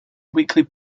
weekly